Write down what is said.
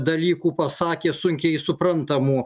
dalykų pasakė sunkiai suprantamų